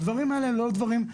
הדברים האלה הם לא דברים,